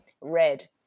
red